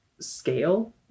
scale